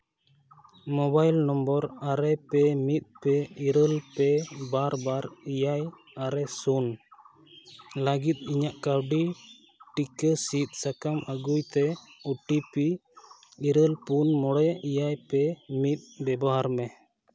mobile number ᱟᱨᱮ ᱯᱮ ᱢᱤᱫ ᱯᱮ ᱤᱨᱟᱹᱞ ᱯᱮ ᱵᱟ ᱵᱟᱨ ᱮᱭᱟᱭ ᱟᱨᱮ ᱥᱩᱱ ᱞᱟᱹᱜᱤᱫ ᱤᱧᱟᱹᱜ ᱠᱟᱹᱣᱰᱤ ᱴᱤᱠᱟᱹ ᱥᱤᱫᱽ ᱥᱟᱠᱟᱢ ᱟᱹᱜᱩᱭ ᱛᱮ ᱳ ᱴᱤ ᱯᱤ ᱤᱨᱟᱹᱞ ᱯᱩᱱ ᱢᱚᱬᱮ ᱮᱭᱟᱭ ᱯᱮ ᱢᱤᱫ ᱵᱮᱵᱚᱦᱟᱨ ᱢᱮ